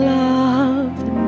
love